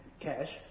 cash